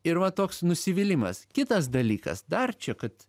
ir va toks nusivylimas kitas dalykas dar čia kad